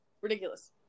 ridiculous